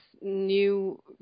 new